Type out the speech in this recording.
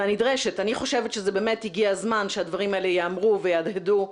אני חושבת שבאמת הגיע הזמן שהדברים האלה יאמרו ויהדהדו.